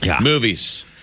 movies